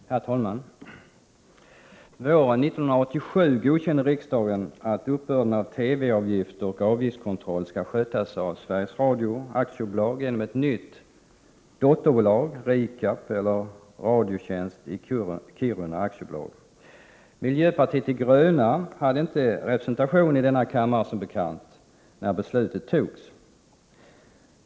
Herr talman! Våren 1987 godkände riksdagen att uppbörden av TV avgifter och avgiftskontroll skall skötas av Sveriges Radio AB genom ett nytt dotterbolag, RIKAB, eller Radiotjänst i Kiruna AB. Miljöpartiet de gröna hade som bekant inte representation i denna kammare när beslutet fattades.